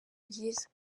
byiza